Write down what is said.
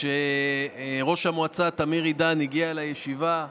שראש המועצה תמיר עידן הגיע לישיבה,